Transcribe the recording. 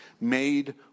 made